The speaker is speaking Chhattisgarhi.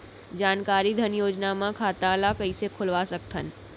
जानकारी धन योजना म खाता ल कइसे खोलवा सकथन?